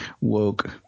woke